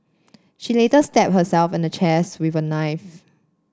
she later stabbed herself and the chests with a knife